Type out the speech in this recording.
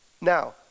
Now